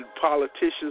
politicians